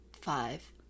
five